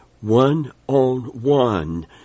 one-on-one